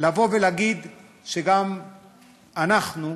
להגיד שגם אנחנו,